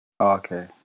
okay